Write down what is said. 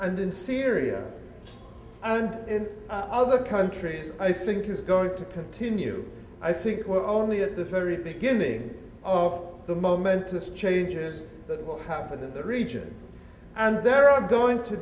and in syria and in other countries i think is going to continue i think we're only at the very beginning of the momentous changes that happened in the region and there are going to